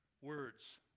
words